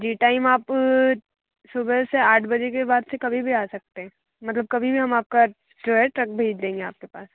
जी time आप सुबह से आठ बजे के बाद से कभी भी आ सकते हैं मतलब कभी भी हम आप का जो है ट्रक भेज देंगे आप के पास